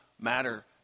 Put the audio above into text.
matter